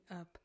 up